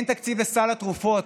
אין תקציב לסל התרופות,